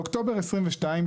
באוקטובר 2022,